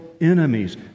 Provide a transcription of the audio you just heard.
enemies